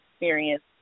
experience